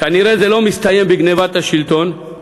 כנראה זה לא מסתיים בגנבת השלטון,